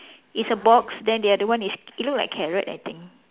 it's a box then the other one is it look like carrot I think